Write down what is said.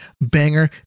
banger